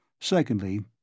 Secondly